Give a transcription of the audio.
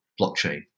blockchain